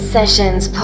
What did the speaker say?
Sessions